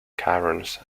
caverns